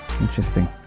Interesting